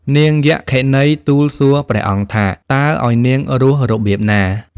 នាងយក្ខិនី ទូលសួរព្រះអង្គថា តើឲ្យនាងរស់របៀបណា?។